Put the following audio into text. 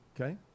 Okay